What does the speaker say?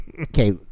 Okay